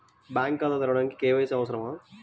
Bank ఖాతా తెరవడానికి KYC అవసరమా?